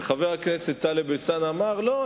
וחבר הכנסת אלסאנע אמר: לא,